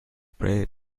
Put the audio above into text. play